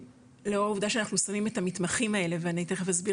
שלאור העובדה שאנחנו שמים את המתמחים האלה - ואני תיכף אסביר